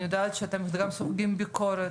אני יודעת שאתם סופגים גם ביקורת,